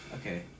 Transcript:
Okay